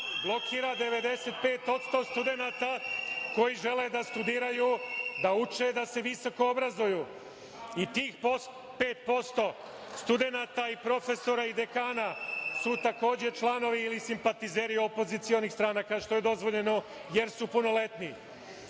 blokira 95% studenata koji žele da studiraju, da uče, da se visoko obrazuju. Tih 5% studenata, profesora i dekana su takođe članovi ili simpatizeri opozicionih stranaka, što je dozvoljeno, jer su punoletni. Vučić